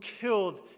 killed